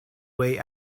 way